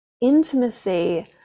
intimacy